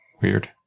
Weird